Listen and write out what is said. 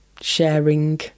sharing